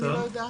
אני לא יודעת.